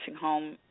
home